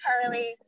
Carly